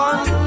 One